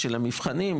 על המבחנים,